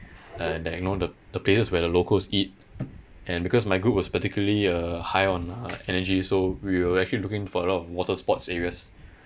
and like you know the the place where the locals eat and because my group was particularly uh high on uh energy so we were actually looking for a lot of water sports areas